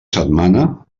setmana